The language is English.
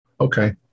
Okay